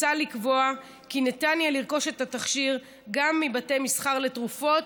מוצע לקבוע כי ניתן יהיה לרכוש את התכשיר גם מבתי מסחר לתרופות,